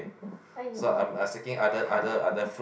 so I'm I'm seeking other other other fruit